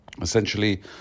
Essentially